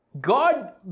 God